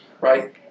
Right